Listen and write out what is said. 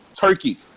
Turkey